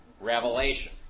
revelation